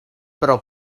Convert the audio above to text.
pro